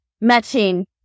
matching